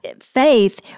Faith